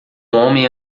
homem